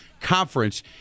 Conference